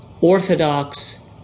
Orthodox